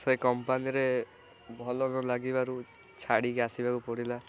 ସେ କମ୍ପାନୀରେ ଭଲ ନଲାଗିବାରୁ ଛାଡ଼ିକି ଆସିବାକୁ ପଡ଼ିଲା